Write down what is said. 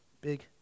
big